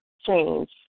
change